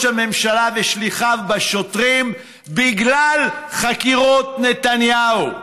הממשלה ושליחיו בשוטרים בגלל חקירות נתניהו,